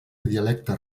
dialectes